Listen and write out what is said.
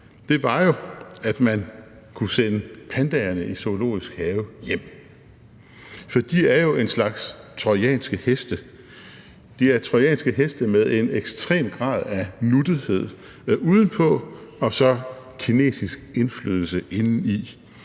var jo, at man kunne sende pandaerne i Zoologisk Have hjem. For de er jo en slags trojanske heste; de er trojanske heste med en ekstrem grad af nuttethed udenpå og så med kinesisk indflydelse indeni.